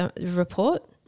report